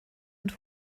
und